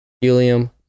helium